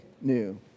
new